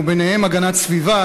וביניהם הגנת סביבה,